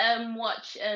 watch